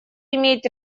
имеет